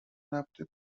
نبوده